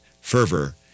fervor